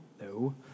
no